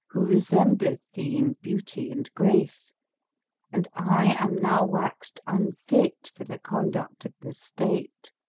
who resembleth thee in beauty and grace and i am now waxed unfit for the conduct of the state.